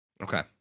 Okay